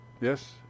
Yes